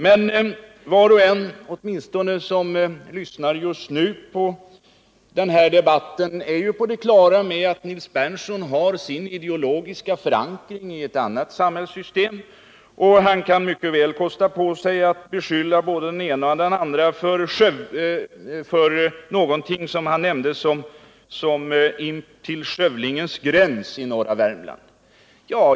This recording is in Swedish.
Men åtminstone de som lyssnar på den här debatten är på det klara med att Nils Berndtson har sin ideologiska förankring i ett annat samhällssystem, och han kan mycket väl kosta på sig att beskylla både den ene och den andre för bedrifter i norra Värmland intill, som han sade, skövlingens gräns.